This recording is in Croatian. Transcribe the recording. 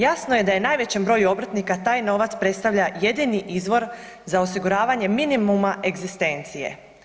Jasno je da najvećem broju obrtnika taj novac predstavlja jedini izvor za osiguravanje minimuma egzistencije.